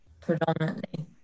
predominantly